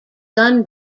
gun